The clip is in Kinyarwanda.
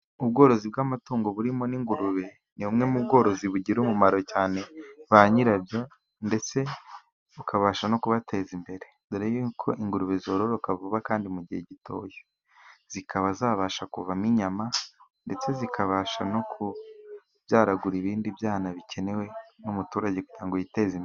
Ibworozi bw'amatungo burimo n'ingurube. Ni bumwe mu bworozi bugira umumaro cyane ba nyirabyo ndetse bukabasha no kubateza imbere dore yuko ingurube zororoka vuba kandi mu gihe gitoya ,zikaba zabasha kuvamo inyama ndetse zikabasha no kubyaragura ibindi byana bikenewe n'umuturage kugirango yiteze imbere.